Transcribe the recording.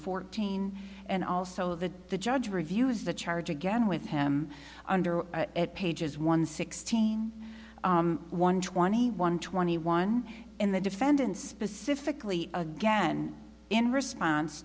fourteen and also the the judge reviews the charge again with him under pages one sixteen one twenty one twenty one in the defendant specifically again in response